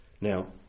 now